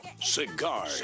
Cigar